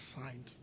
signed